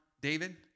David